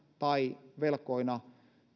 tai velkoina